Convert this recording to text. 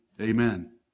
Amen